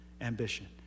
ambition